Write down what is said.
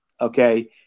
okay